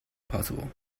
possible